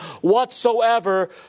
whatsoever